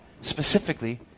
specifically